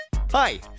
Hi